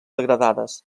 degradades